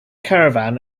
caravan